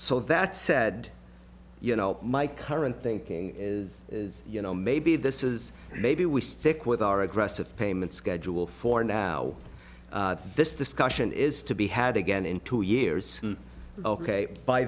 that said you know my current thinking is you know maybe this is maybe we stick with our aggressive payment schedule for now this discussion is to be had again in two years ok by